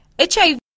HIV